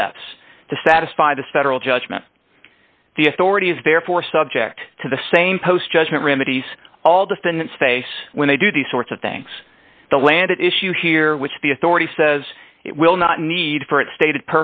steps to satisfy the central judgment the authority is therefore subject to the same post judgment remedies all defendants face when they do these sorts of things the land at issue here which the authority says it will not need for its stated